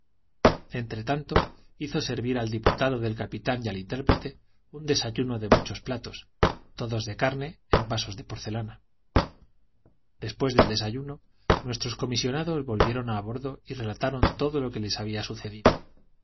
entretanto hizo servir al diputado del capitán y al intérprete un desayuno de muchos platos todos de carne en vasos de porcelana después del desayuno nuestros comisionados volvieron a bordo y relataron todo lo que les había sucedido